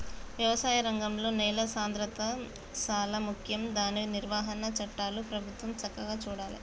వ్యవసాయ రంగంలో నేల సాంద్రత శాలా ముఖ్యం దాని నిర్వహణ చట్టాలు ప్రభుత్వం సక్కగా చూడాలే